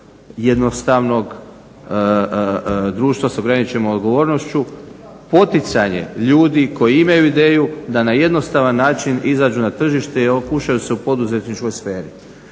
jednostavnog društva s ograničenom odgovornošću, poticanje ljudi koji imaju ideju da na jednostavan način izađu na tržište i okušaju se u poduzetničkoj sferi.